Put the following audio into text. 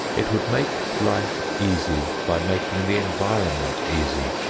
it would make life easy by making the environment easy.